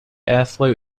airflow